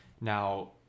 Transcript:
now